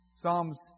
Psalms